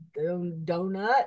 donut